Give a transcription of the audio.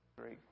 great